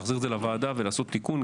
להחזיר את זה לוועדה ולעשות תיקון.